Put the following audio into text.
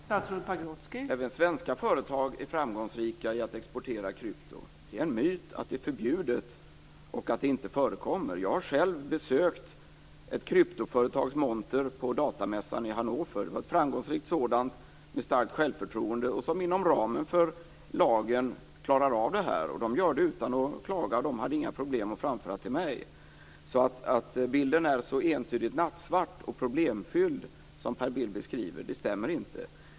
Fru talman! Även svenska företag är framgångsrika i att exportera krypto. Det är en myt att det är förbjudet och att det inte förekommer. Jag har själv besökt ett kryptoföretags monter på datamässan i Hannover. Det var ett framgångsrikt företag med starkt självförtroende som klarar av detta inom ramen för lagen. Det gör de utan att klaga, och de hade inga problem att framföra till mig. Att bilden är så entydigt nattsvart och problemfylld som Per Bill beskriver stämmer inte.